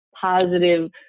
positive